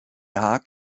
haag